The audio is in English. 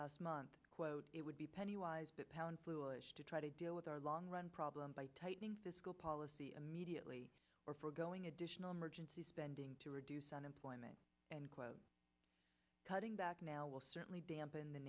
last month quote it would be penny wise pound foolish to try to deal with our long run problem by tightening fiscal policy immediately or foregoing additional emergency spending to reduce unemployment and cutting back now will certainly dampen the